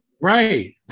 Right